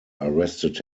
arrested